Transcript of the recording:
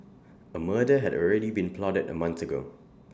A murder had already been plotted A month ago